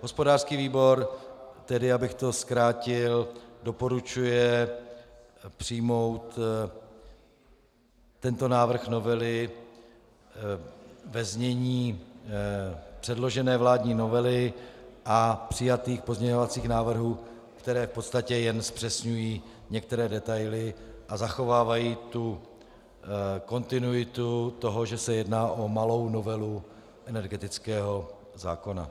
Hospodářský výbor tedy, abych to zkrátil, doporučuje přijmout tento návrh novely ve znění předložené vládní novely a přijatých pozměňovacích návrhů, které v podstatě jen zpřesňují některé detaily a zachovávají kontinuitu toho, že se jedná o malou novelu energetického zákona.